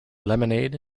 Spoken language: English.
lemonade